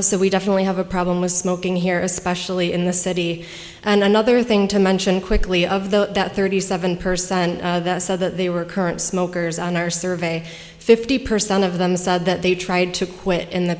so we definitely have a problem with smoking here especially in the city and another thing to mention quickly of the that thirty seven percent said that they were current smokers on our survey fifty percent of them said that they tried to quit in the